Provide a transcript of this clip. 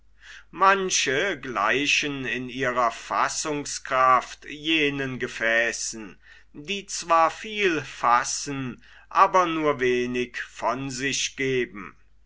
manche gleichen in ihrer fassungskraft jenen gefäßen die zwar viel fassen aber nur wenig von sich geben